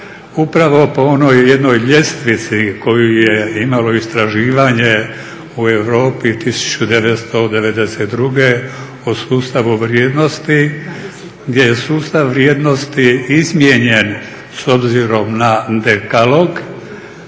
upravo po onoj jednoj ljestvici koje je imalo istraživanje u Europi 1992.o sustavu vrijednosti, gdje je sustav vrijednosti izmijenjen s obzirom na dekalog